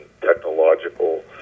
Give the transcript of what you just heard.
technological